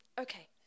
Okay